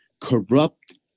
corrupt